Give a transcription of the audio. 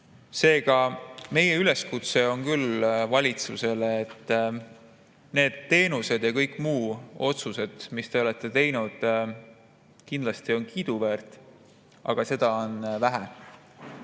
Seega, meie üleskutse valitsusele on küll see: need teenused ja kõik muud otsused, mis te olete teinud, on kindlasti kiiduväärt, aga seda on vähe.